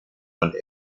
von